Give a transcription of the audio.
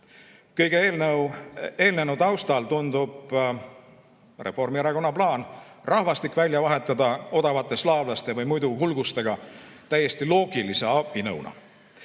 Kõige eelnenu taustal tundub Reformierakonna plaan rahvastik välja vahetada odavate slaavlaste või muidu hulgustega täiesti loogilise abinõuna.